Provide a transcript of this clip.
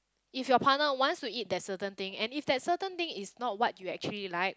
if your partner wants to eat that certain thing and if that certain thing is not what you actually like